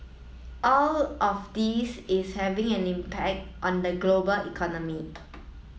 all of this is having an impact on the global economy